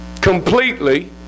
completely